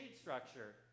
structure